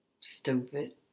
stupid